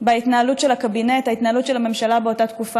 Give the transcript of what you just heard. בהתנהלות של הקבינט וההתנהלות של הממשלה באותה תקופה,